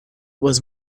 was